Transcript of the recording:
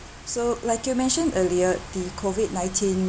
so like you mentioned earlier the COVID nineteen